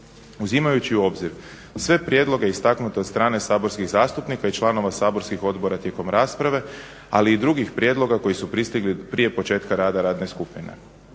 uzimajući u obzir sve prijedloge istaknute od strane saborskih zastupnika i članova saborskih odbora tijekom rasprave ali i drugih prijedloga koji su pristigli prije početka rada radne skupine.